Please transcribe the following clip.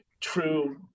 true